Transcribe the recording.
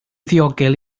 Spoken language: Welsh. ddiogel